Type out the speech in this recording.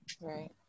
right